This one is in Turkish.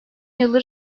yıldır